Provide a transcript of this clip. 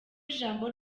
ijambo